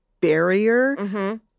barrier